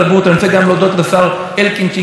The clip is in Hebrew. ואני רוצה גם להודות לשר גלעד ארדן,